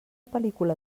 pel·lícula